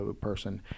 person